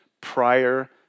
prior